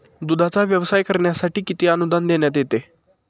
दूधाचा व्यवसाय करण्यासाठी किती अनुदान देण्यात येते?